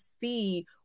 see